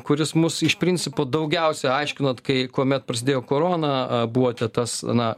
kuris mus iš principo daugiausia aiškinot kai kuomet prasidėjo korona buvote tas na